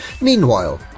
Meanwhile